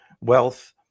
wealth